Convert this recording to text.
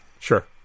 Sure